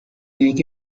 naked